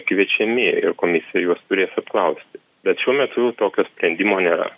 kviečiami ir komisija juos turės apklausti bet šiuo metu tokio sprendimo nėra